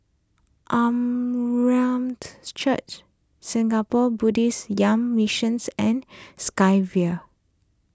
Church Singapore Buddhist Young Missions and Sky Vue